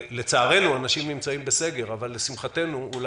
לצערנו אנשים נמצאים בסגר אבל לשמחתנו זה